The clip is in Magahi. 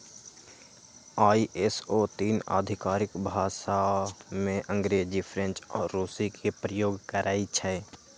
आई.एस.ओ तीन आधिकारिक भाषामें अंग्रेजी, फ्रेंच आऽ रूसी के प्रयोग करइ छै